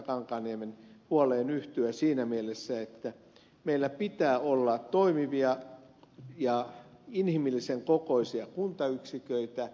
kankaanniemen huoleen yhtyä siinä mielessä että meillä pitää olla toimivia ja inhimillisen kokoisia kuntayksiköitä